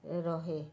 ରହେ